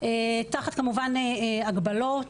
תחת כמובן הגבלות.